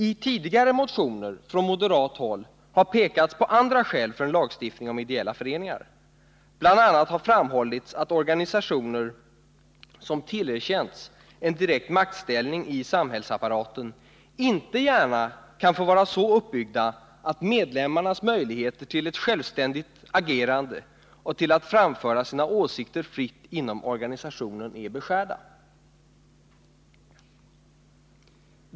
I tidigare motioner från moderat håll har pekats på andra skäl för en lagstiftning om ideella föreningar. Bl. a. har framhållits att organisationer som tillerkänts en direkt maktställning i samhällsapparaten inte gärna kan få vara så uppbyggda att medlemmarnas möjligheter att agera självständigt och att framföra sina åsikter fritt inom organisationen är beskurna.